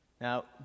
Now